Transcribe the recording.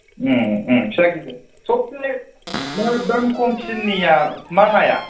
ओम ओम फिसा गिदिर सबसे दाम खमसिन निया मा नाया